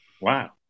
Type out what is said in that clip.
Wow